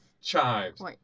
chives